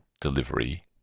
delivery